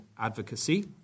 advocacy